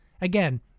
Again